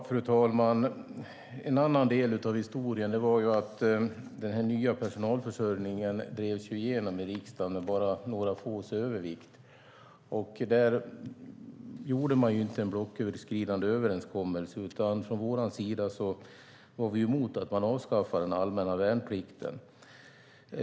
Fru talman! En annan del av historien är att den nya personalförsörjningen drevs igenom i riksdagen med bara några få rösters övervikt. Man gjorde inte en blocköverskridande överenskommelse. Från vår sida var vi emot att man skulle avskaffa den allmänna värnplikten.